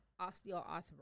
osteoarthritis